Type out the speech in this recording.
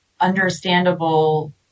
understandable